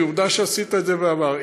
כי עובדה שעשית את זה בעבר.